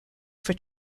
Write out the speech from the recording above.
for